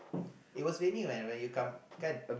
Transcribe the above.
it was raining right when you come but